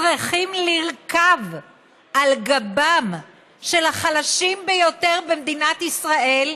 צריכים לרכוב על גבם של החלשים ביותר במדינת ישראל,